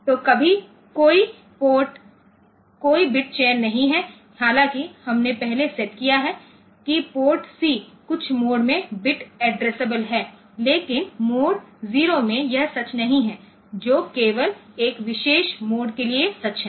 तो कोई बिट चयन नहीं है हालांकि हमने पहले सेट किया है कि पोर्ट सी कुछ मोड में बिट एड्रेसएबेल है लेकिन मोड 0 में यह सच नहीं है जो केवल एक विशेष मोड के लिए सच है